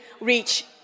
reach